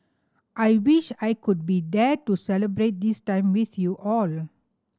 I wish I could be there to celebrate this time with you all